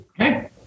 Okay